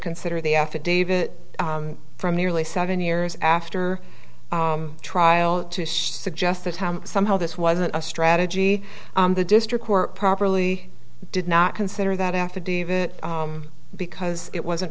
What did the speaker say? consider the affidavit from nearly seven years after the trial to suggest that somehow this wasn't a strategy the district court properly did not consider that affidavit because it wasn't